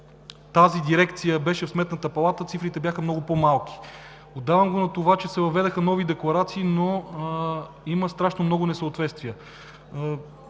тази дирекция беше в Сметната палата, цифрите бяха много по-малки. Отдавам го на това, че се въведоха нови декларации, но има страшно много несъответствия.